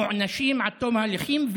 מוענשים עד תום ההליכים,